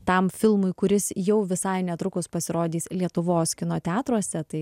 tam filmui kuris jau visai netrukus pasirodys lietuvos kino teatruose tai